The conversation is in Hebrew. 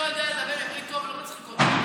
בדיחות של מי שלא יודע לדבר עברית טוב לא מצחיקות אותי.